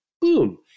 boom